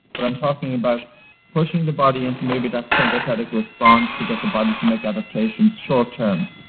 but i'm talking about pushing the body into, maybe, that sympathetic response to get the body to make adaptations short-term,